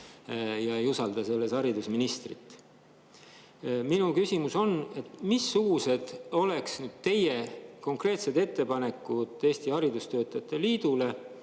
te ei usalda selles haridusministrit. Minu küsimus on, missugused oleks teie konkreetsed ettepanekud Eesti Haridustöötajate Liidule,